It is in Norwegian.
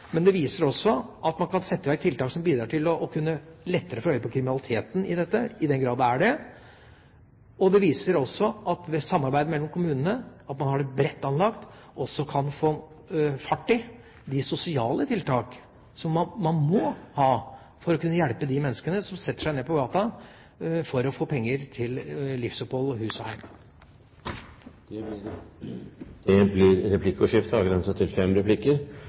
Men det viser også at man kan sette i verk tiltak som bidrar til lettere å kunne få øye på kriminalitet – i den grad det er det – og det viser at man ved et bredt anlagt samarbeid mellom kommunene også kan få fart på de sosiale tiltak som man må ha for å kunne hjelpe de menneskene som setter seg ned på gata for å få penger til livsopphold og hus og heim. Det blir replikkordskifte. Komiteen var på reise til Romania, og da stilte jeg et spørsmål til